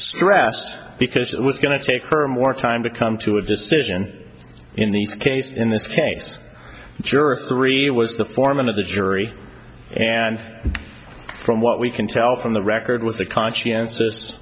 stressed because it was going to take her more time to come to a decision in these cases in this case juror three was the foreman of the jury and from what we can tell from the record was a conscientious